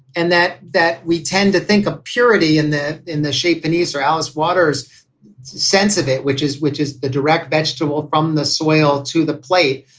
and that that we tend to think of purity and that in the shape and ease or alice waters sense of it, which is which is the direct vegetable from the soil to the plate.